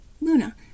Luna